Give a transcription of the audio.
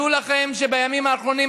דעו לכם שבימים האחרונים,